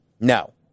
No